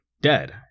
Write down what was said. dead